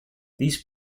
these